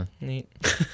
Neat